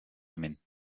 women